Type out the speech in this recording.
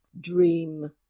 Dream